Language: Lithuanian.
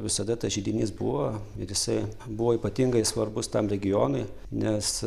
visada tas židinys buvo ir jisai buvo ypatingai svarbus tam regionui nes